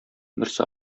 берсе